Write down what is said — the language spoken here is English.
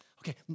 okay